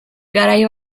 garai